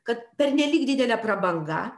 kad pernelyg didelė prabanga